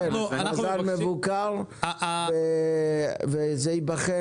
מאזן מבוקר, וזה ייבחן